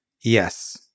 Yes